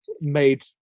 made